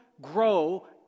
grow